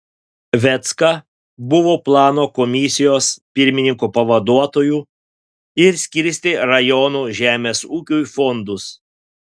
vecka buvo plano komisijos pirmininko pavaduotoju ir skirstė rajonų žemės ūkiui fondus